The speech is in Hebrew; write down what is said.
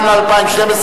גם ל-2012,